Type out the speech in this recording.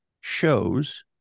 shows